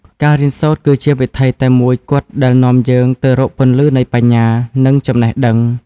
ការរៀនសូត្រគឺជាវិថីតែមួយគត់ដែលនាំយើងទៅរកពន្លឺនៃបញ្ញា និងចំណេះដឹង។